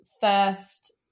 first